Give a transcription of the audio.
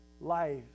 life